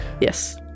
Yes